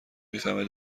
میفهمه